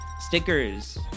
stickers